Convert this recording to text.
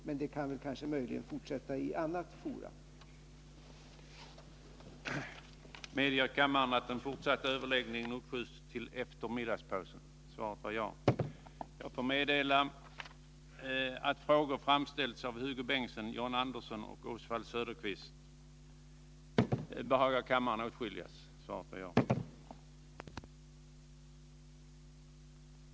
Men vi kan möjligen fortsätta diskussionen inför annat forum.